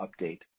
update